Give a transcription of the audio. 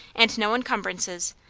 and no encumbrances,